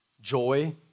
joy